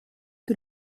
que